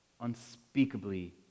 Unspeakably